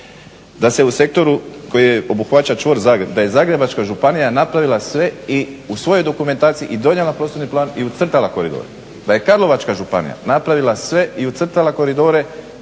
Da se u sektoru koji obuhvaća čvor Zagreb, da je Zagrebačka županija napravila sve i u svojoj dokumentaciji i donijela prostorni plan i ucrtala koridor. Da je Karlovačka županija napravila sve i ucrtala koridore